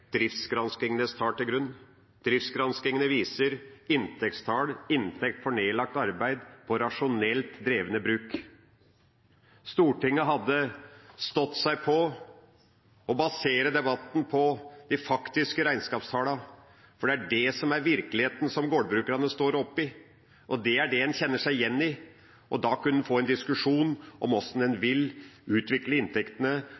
Driftsgranskingene viser inntektstall, inntekt for nedlagt arbeid på rasjonelt drevne bruk. Stortinget hadde stått seg på å basere debatten på de faktiske regnskapstallene, for det er det som er virkeligheten som gårdbrukerne står oppe i, og det er det en kjenner seg igjen i. Da kunne en få en diskusjon om hvordan en